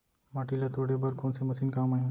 माटी ल तोड़े बर कोन से मशीन काम आही?